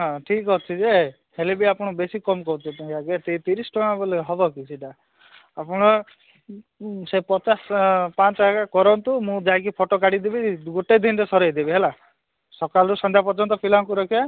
ହଁ ଠିକ ଅଛି ଯେ ହେଲେ ବି ଆପଣ ବେଶି କମ୍ କରିଦେଉଛନ୍ତି ଆଜ୍ଞା ତିରିଶ ଟଙ୍କା ବୋଲେ ହେବକି ସେଇଟା ଆପଣ ସେ ପଚାଶ ପାଞ୍ଚ ଆଜ୍ଞା କରନ୍ତୁ ମୁଁ ଯାଇକି ଫଟୋ କାଢ଼ିଦେବି ଗୋଟେ ଦିନରେ ସରେଇଦେବି ହେଲା ସକାଳୁ ସନ୍ଧ୍ୟା ପର୍ଯ୍ୟନ୍ତ ପିଲାଙ୍କୁ ରଖିବା